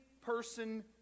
person